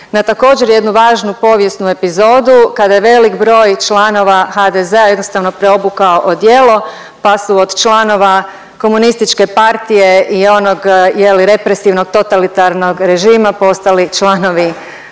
na također jednu važnu povijesnu epizodu kada je velik broj članova HDZ-a jednostavno preobukao odijelo, pa su od članova komunističke partije i onoga je li represivnog totalitarnog režima postali članovi